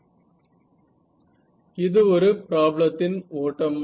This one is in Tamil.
இது ஒரு பிராப்ளம் இன் ஓட்டம் ஆகும்